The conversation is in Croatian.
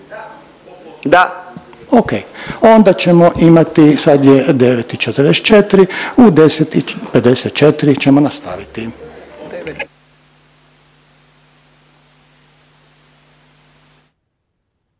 Da./… Ok, onda ćemo imati, sad je 9,44 u 10,54 ćemo nastaviti.